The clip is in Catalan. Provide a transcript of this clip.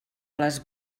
les